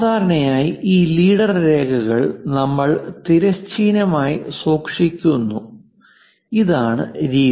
സാധാരണയായി ഈ ലീഡർ രേഖ കൾ നമ്മൾ തിരശ്ചീനമായി സൂക്ഷിക്കുന്നു ഇതാണ് രീതി